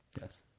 Yes